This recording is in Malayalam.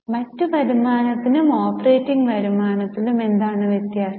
മറ്റ് വരുമാനത്തിലും ഓപ്പറേറ്റിംഗ് വരുമാനത്തിലും എന്താണ് വ്യത്യാസം